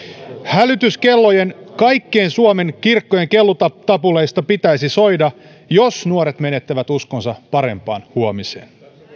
hälytyskellojen kaikkien suomen kirkkojen kellotapuleista pitäisi soida jos nuoret menettävät uskonsa parempaan huomiseen